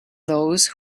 those